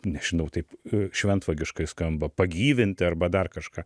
nežinau taip šventvagiškai skamba pagyvinti arba dar kažką